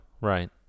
right